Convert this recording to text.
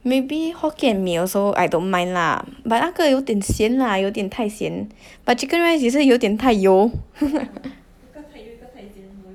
maybe hokkien mee also I don't mind lah but 那个有点咸 lah 有点太咸 but chicken rice 也是有点大油